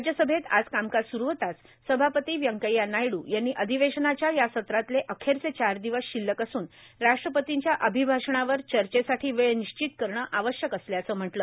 राज्यसभेत आज कामकाज सूरू होताच सभापती व्यंकय्या नायडू यांनी अधिवेशनाच्या या सत्रातले अखेरचे चार दिवस शिल्लक असून राष्ट्रपतींच्या अभिभाषणावर चर्चेसाठी वेळ निश्चित करणं आवश्यक असल्याचं म्हटलं